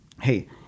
hey